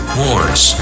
wars